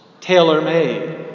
tailor-made